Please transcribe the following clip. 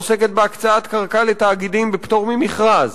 העוסקת בהקצאת קרקע לתאגידים בפטור ממכרז,